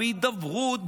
בהידברות,